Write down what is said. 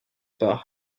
par